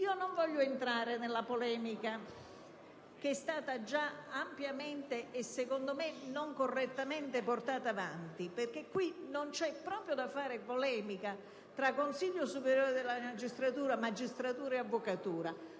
Non voglio entrare nella polemica che è stata già ampiamente e secondo me non correttamente portata avanti, perché qui non c'è proprio da fare polemica tra Consiglio superiore della magistratura, magistratura e avvocatura,